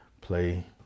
play